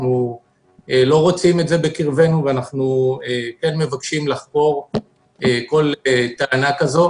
אנחנו לא רוצים את זה בקרבנו ואנחנו כן מבקשים לחקור כל טענה כזו.